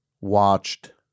watched